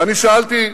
ואני שאלתי: